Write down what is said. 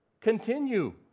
Continue